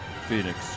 Phoenix